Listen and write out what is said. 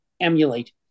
emulate